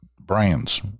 brands